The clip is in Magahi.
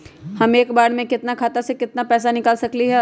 हम एक बार में अपना खाता से केतना पैसा निकाल सकली ह?